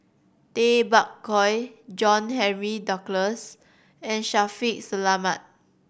Tay Bak Koi John Henry Duclos and Shaffiq Selamat